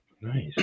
Nice